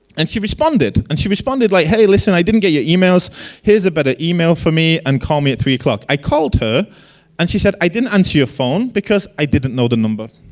and she responded and she responded like hey listen i didn't get your emails here is a better email for me and call me at three o'clock. i called her and she said i didn't answer your phone, because i didn't know the number,